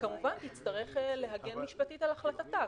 היא כמובן תצטרך להגן משפטית על החלטתה,